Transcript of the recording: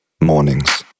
mornings